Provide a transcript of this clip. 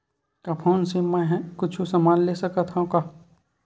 का फोन से मै हे कुछु समान ले सकत हाव का?